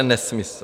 Nesmysl!